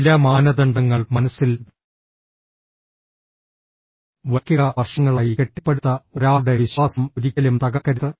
ചില മാനദണ്ഡങ്ങൾ മനസ്സിൽ വയ്ക്കുക വർഷങ്ങളായി കെട്ടിപ്പടുത്ത ഒരാളുടെ വിശ്വാസം ഒരിക്കലും തകർക്കരുത്